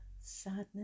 sadness